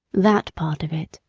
that part of it,